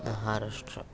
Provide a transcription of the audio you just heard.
महाराष्ट्रम्